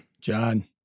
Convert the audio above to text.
John